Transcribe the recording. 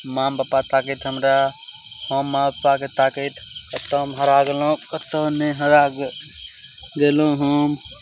मामी पप्पा ताकैत हमरा हम माँ पापाके ताकैत कतौ हम हरा गेलहुॅं कतौ नहि हरा गेलहुॅं हम